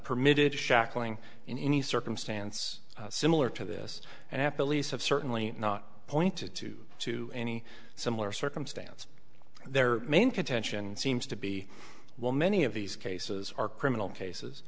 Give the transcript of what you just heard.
permitted shackling in any circumstance similar to this and at the least have certainly not pointed to to any similar circumstance their main contention seems to be while many of these cases are criminal cases